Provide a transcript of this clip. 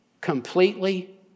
Completely